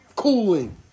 Cooling